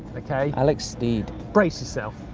okay? alex steed. brace yourself.